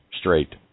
straight